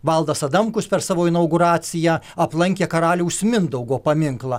valdas adamkus per savo inauguraciją aplankė karaliaus mindaugo paminklą